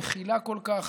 מכילה כל כך,